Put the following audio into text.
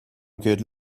good